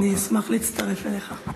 אני אשמח להצטרף אליך.